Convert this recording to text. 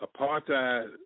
apartheid